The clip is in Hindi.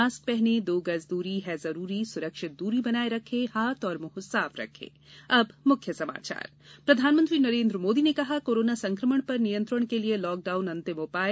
मास्क पहने दो गज दूरी है जरूरी सुरक्षित दूरी बनाये रखें हाथ और मुंह साफ रखें मुख्य समाचार प्रधानमंत्री नरेन्द्र मोदी ने कहा कोरोना संकमण पर नियंत्रण के लिये लॉकडाउन अंतिम उपाय